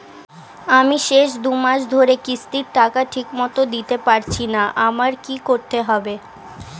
আমি শেষ দুমাস ধরে কিস্তির টাকা ঠিকমতো দিতে পারছিনা আমার কি করতে হবে?